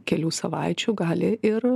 kelių savaičių gali ir